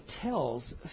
tells